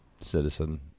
citizen